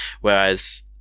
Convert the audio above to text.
Whereas